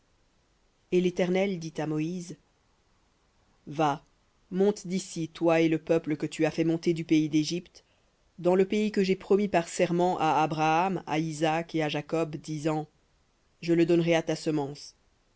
et l'éternel dit à moïse va monte d'ici toi et le peuple que tu as fait monter du pays d'égypte dans le pays que j'ai promis par serment à abraham à isaac et à jacob disant je le donnerai à ta semence